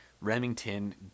Remington